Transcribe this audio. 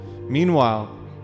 Meanwhile